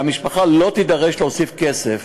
והמשפחה לא תידרש להוסיף כסף.